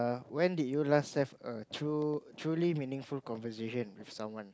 when did you last have a true truly meaningful conversation with someone